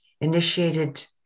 initiated